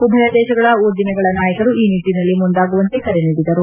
ಉಭಯ ದೇಶಗಳ ಉದ್ದಿಮೆಗಳ ನಾಯಕರು ಈ ನಿಟ್ಟನಲ್ಲಿ ಮುಂದಾಗುವಂತೆ ಕರೆ ನೀಡಿದರು